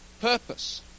Purpose